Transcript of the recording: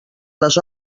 les